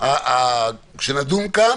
כשנדון כאן